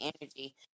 energy